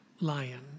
lion